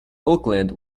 oakland